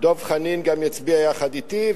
דב חנין גם יצביע יחד אתי.